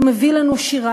מצד אחד הוא מביא לנו שירה,